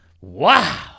Wow